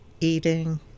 eating